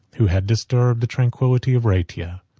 who had disturbed the tranquillity of rhaetia.